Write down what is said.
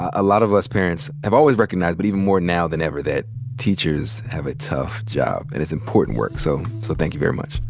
ah lot of us parents have always recognized, but even more now than ever, that teachers have a tough job. and it's important work. so so thank you very much.